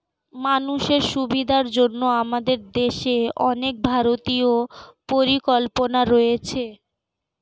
মানুষের সুবিধার জন্য আমাদের দেশে অনেক ভারতীয় পরিকল্পনা রয়েছে